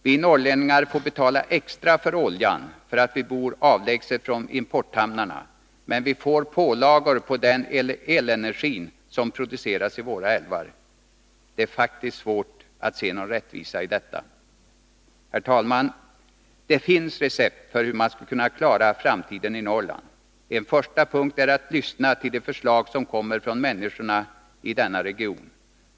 Vi norrlänningar får betala extra för oljan för att vi bor avlägset från importhamnarna, men vi får pålagor på elenergin, som produceras i våra älvar. Det är faktiskt svårt att se någon rättvisa i detta. Herr talman! Det finns recept för hur man skall kunna klara framtiden i Norrland. En första punkt är att lyssna till de förslag som kommer från människorna i denna region.